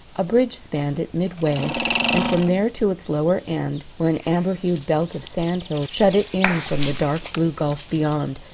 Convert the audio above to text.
a bridge spanned it midway and from there to its lower end, where an amber-hued belt of sand-hills shut it in from the dark blue gulf beyond,